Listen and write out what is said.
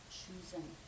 choosing